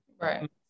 right